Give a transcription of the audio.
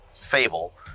fable